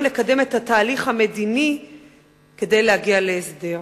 לקדם את התהליך המדיני כדי להגיע להסדר.